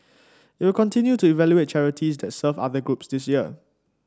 it will continue to evaluate charities that serve other groups this year